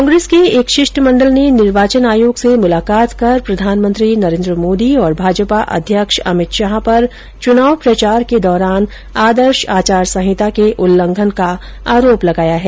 कांग्रेस के एक शिष्टमंडल ने निर्वाचन आयोग से मुलाकात कर प्रधानमंत्री नरेंद्र मोदी और भाजपा अध्यक्ष अमित शाह पर चुनाव प्रचार के दौरान आदर्श आचार संहिता के उल्लंघन का आरोप लगाया है